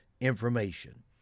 information